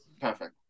Perfect